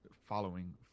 following